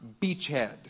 Beachhead